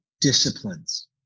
disciplines